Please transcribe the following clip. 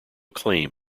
claim